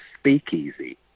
speakeasy